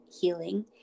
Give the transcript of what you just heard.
healing